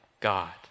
God